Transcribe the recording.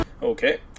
Okay